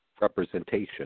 representation